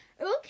Okay